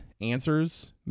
answers